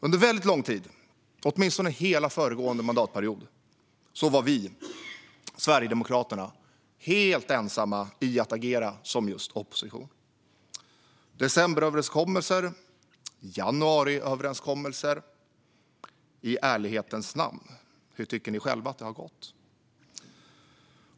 Under lång tid, åtminstone hela föregående mandatperiod, var Sverigedemokraterna helt ensamma om att agera som opposition. Decemberöverenskommelse, januariöverenskommelse - i ärlighetens namn, hur tycker ni själva att det har gått?